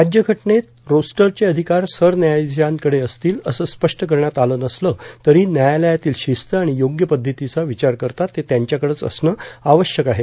राज्य घटनेत रोस्टरचे अधिकार सरन्यायाधीशांकडे असतील असं स्पष्ट करण्यात आलं नसलं तरी व्यायालयातली शिस्त आणि योग्य पद्धतीचा विचार करता ते त्यांच्याकडेच असणं आवश्यक आहे